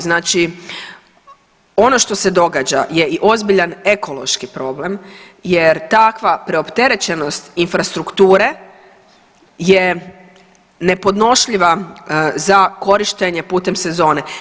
Znači ono što se događa je i ozbiljan ekološki problem jer takva preopterećenost infrastrukture je nepodnošljiva za korištenje putem sezone.